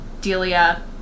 Delia